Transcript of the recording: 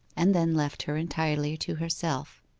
and then left her entirely to herself.